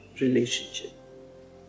relationship